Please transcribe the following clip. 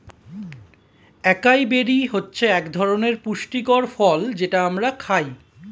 একাই বেরি হচ্ছে একধরনের পুষ্টিকর ফল যেটা আমরা খাই